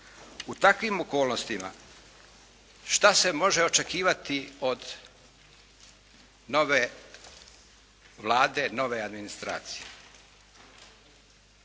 U takvim okolnostima šta se može očekivati od nove Vlade, nove administracije?